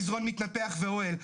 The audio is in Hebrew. מזרון מתנפח ואוהל,